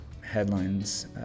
headlines